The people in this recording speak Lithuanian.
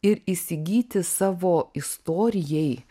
ir įsigyti savo istorijai